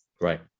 Right